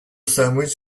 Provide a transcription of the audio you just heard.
sandwich